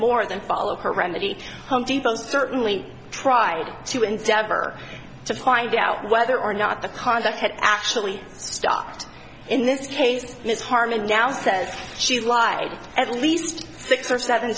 more than follow her remedy home depot's certainly tried to endeavor to find out whether or not the conduct had actually stopped in this case ms harman now says she lied at least six or seven